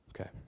okay